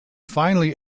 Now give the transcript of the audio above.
finally